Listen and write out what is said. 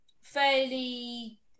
fairly